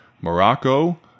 Morocco